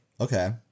Okay